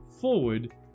forward